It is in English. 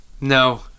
No